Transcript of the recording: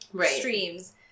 streams